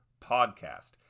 podcast